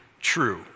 true